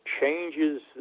changes